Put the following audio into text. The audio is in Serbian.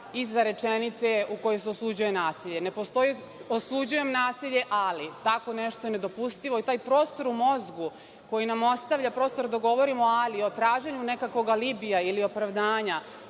iza rečenice u kojoj se osuđuje nasilje. Ne postoji – osuđujem nasilje, ali. Tako nešto je nedopustivo i taj prostor u mozgu koji nam ostavlja prostor dok govorimo ali o traženju nekakvog alibija ili opravdanja,